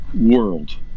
world